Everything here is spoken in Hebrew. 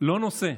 לא נושא.